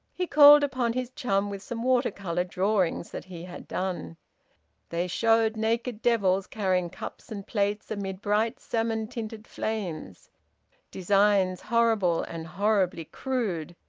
he called upon his chum with some water-colour drawings that he had done they showed naked devils carrying cups and plates amid bright salmon-tinted flames designs horrible, and horribly crude,